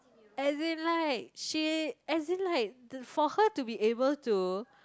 as in like she as in like the for her to be able to